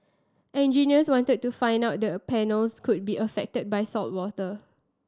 engineers wanted to find out the panels could be affected by saltwater